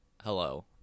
Hello